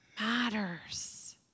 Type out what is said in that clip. matters